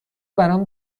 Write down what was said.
برام